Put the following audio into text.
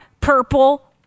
purple